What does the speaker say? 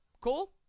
Cool